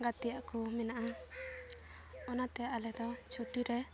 ᱜᱟᱛᱮᱭᱟᱜ ᱠᱚ ᱢᱮᱱᱟᱜᱼᱟ ᱚᱱᱟᱛᱮ ᱟᱞᱮᱫᱚ ᱪᱷᱩᱴᱤ ᱨᱮ